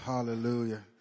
hallelujah